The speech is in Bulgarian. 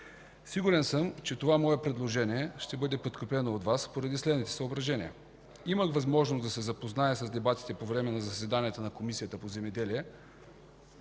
Сигурен съм, че това мое предложение ще бъде подкрепено от Вас поради следните съображения. Имах възможност да се запозная с дебатите по време на заседанията на Комисията по земеделие